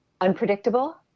unpredictable